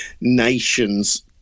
Nations